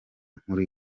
inkuru